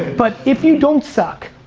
but if you don't suck,